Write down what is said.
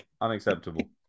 Unacceptable